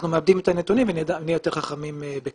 אנחנו מעבדים את הנתונים ונהיה יותר חכמים בקרוב.